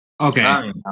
Okay